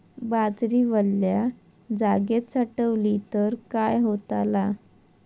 बाजरी वल्या जागेत साठवली तर काय होताला?